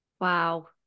Wow